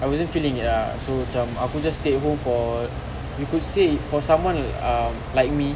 I wasn't feeling it ah so cam aku just stay at home for you could say for someone uh like me